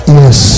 yes